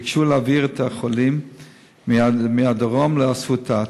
הם ביקשו להעביר את החולים מהדרום ל"אסותא"